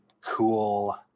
cool